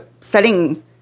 setting